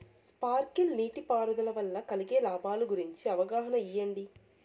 Sprinkle నీటిపారుదల వల్ల కలిగే లాభాల గురించి అవగాహన ఇయ్యడం?